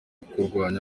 kurwanya